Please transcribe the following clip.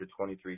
23